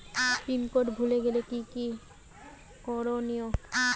Pin code ভুলে গেলে কি কি করনিয়?